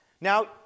Now